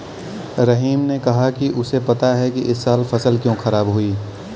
रहीम ने कहा कि उसे पता है इस साल फसल क्यों खराब हुई